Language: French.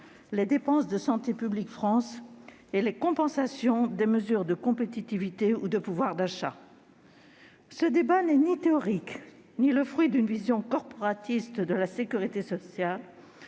les dépenses de Santé publique France et les compensations des mesures de compétitivité ou de pouvoir d'achat. Ce débat n'est ni théorique ni le fruit d'une vision corporatiste de la sécurité sociale.